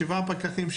שבעה פקחים,